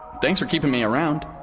thanks for keeping me around.